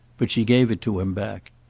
but she gave it to him back.